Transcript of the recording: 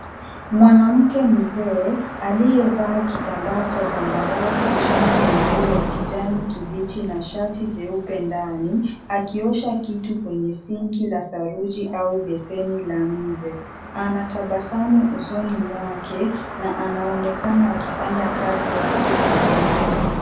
Mwanamke mzee aliyevaa kitambaa cha zambarau kichwani na nguo ya kijani kibichi na shati jeupe ndani, akiosha kitu kwenye sinki la saruji au besheni la nje. Anatabasamu usoni mwake na anaonekana akifanya kazi yake kwa bidii.